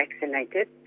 vaccinated